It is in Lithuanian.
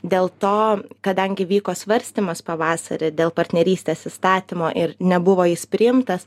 dėl to kadangi vyko svarstymas pavasarį dėl partnerystės įstatymo ir nebuvo jis priimtas